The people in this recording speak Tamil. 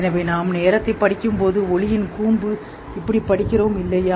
எனவே நாம் நேரத்தைப் படிக்கும்போது ஒளியின் கூம்பு இப்படிப் படிக்கிறோம் இல்லையா